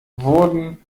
wurden